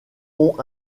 ont